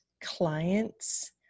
clients